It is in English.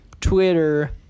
Twitter